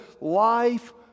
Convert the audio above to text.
life